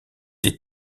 des